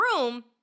room